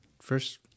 First